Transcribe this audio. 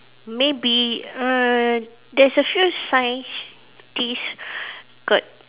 maybe err there's a few scientists got